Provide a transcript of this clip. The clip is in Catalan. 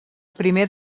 primer